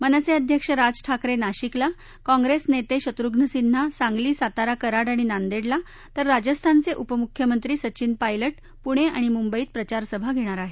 मनसे अध्यक्ष राज ठाकरे नाशिकला काँप्रेस नेते शत्रुघ्न सिन्हा सांगली सातारा कराड आणि नांदेडला तर राजस्थानचे उपमुख्यमंत्री सचीन पायलट पुणे आणि मुंबईत प्रचार सभा घेणार आहेत